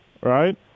right